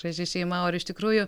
graži šeima o ar iš tikrųjų